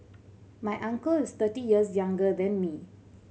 my uncle is thirty years younger than me